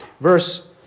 Verse